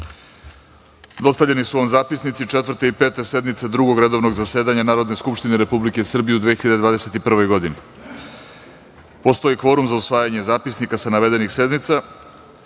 radom. Dostavljeni su vam zapisnici Četvrte i Pete sednice Drugog redovnog zasedanja Narodne skupštine Republike Srbije u 2021. godini. Postoji kvorum za usvajanje zapisnika sa navedenih sednica. Odboru